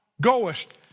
goest